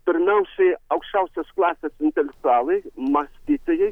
pirmiausiai aukščiausios klasės intelektualai mąstytojai